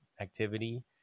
activity